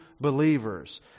believers